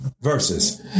verses